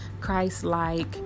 Christ-like